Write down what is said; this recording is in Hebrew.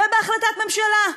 ובהחלטת ממשלה,